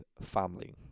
family